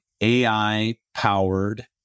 AI-powered